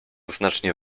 znacznie